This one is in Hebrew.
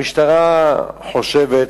המשטרה חושבת,